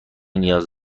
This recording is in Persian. نیاز